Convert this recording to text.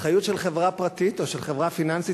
האחריות של חברה פרטית או של חברה פיננסית